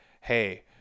hey